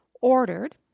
ordered